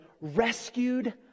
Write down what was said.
rescued